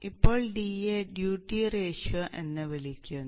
ഇപ്പോൾ d യെ duty ratio എന്ന് വിളിക്കുന്നു